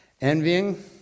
envying